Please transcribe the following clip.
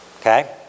Okay